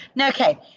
Okay